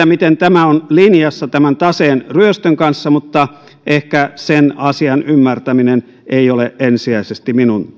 miten tämä on linjassa tämän taseen ryöstön kanssa mutta ehkä sen asian ymmärtäminen ei ole ensisijaisesti minun